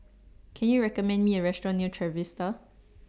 Can YOU recommend Me A Restaurant near Trevista